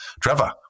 Trevor